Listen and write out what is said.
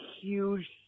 huge